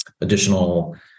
additional